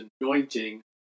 anointing